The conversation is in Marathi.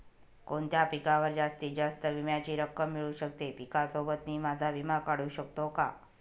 कोणत्या पिकावर जास्तीत जास्त विम्याची रक्कम मिळू शकते? पिकासोबत मी माझा विमा काढू शकतो का?